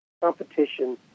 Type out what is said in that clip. competition